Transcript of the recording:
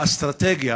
האסטרטגיה,